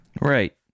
Right